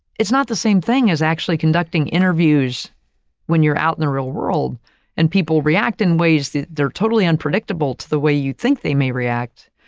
it's not the same thing as actually conducting interviews when you're out in the real world and people react in ways that they're totally unpredictable to the way you think they may react,